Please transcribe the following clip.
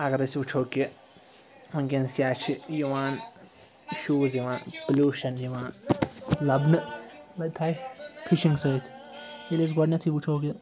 اگر أسۍ وٕچھو کہِ وٕنکیٚنَس کیٛاہ چھِ یِوان اِشوٗز یِوان پلیوٗشَن یِوان لَبنہٕ تھٲے فِشِنٛگ سۭتۍ ییٚلہِ أسۍ گۄڈنیٮ۪تھٕے وٕچھو کہِ